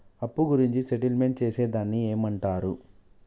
అప్పు గురించి సెటిల్మెంట్ చేసేదాన్ని ఏమంటరు?